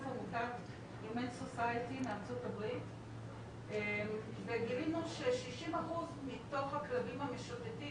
עמותת human society מארצות הברית וגילינו ש-60% מכל הכלבים המשוטטים,